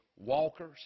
walkers